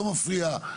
לא מפריע,